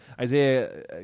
Isaiah